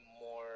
more –